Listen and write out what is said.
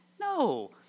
no